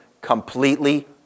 completely